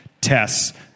tests